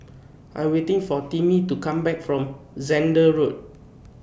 I Am waiting For Timmy to Come Back from Zehnder Road